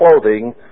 clothing